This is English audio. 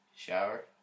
Shower